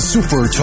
Super